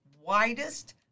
widest